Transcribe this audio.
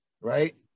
right